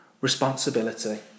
responsibility